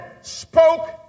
spoke